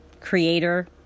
Creator